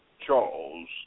Charles